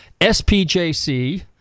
SPJC